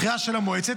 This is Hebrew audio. את הבחירה של המועצה.